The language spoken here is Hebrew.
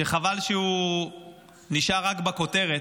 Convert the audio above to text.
שחבל שהוא נשאר רק בכותרת,